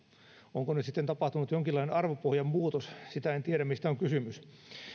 onko nyt sitten tapahtunut jonkinlainen arvopohjan muutos sitä en tiedä mistä on kysymys